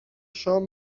شام